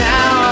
Now